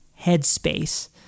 headspace